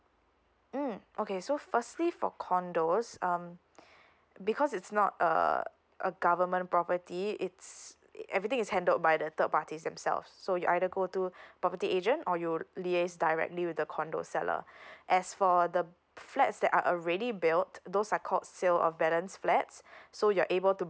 mm okay so firstly for condos um because it's not uh a government property it's everything is handled by the third parties themselves so you either go to property agent or you lease directly with the condo seller as for the flats that are a ready built those are called sale of balance flats so you're able to